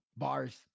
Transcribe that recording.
bars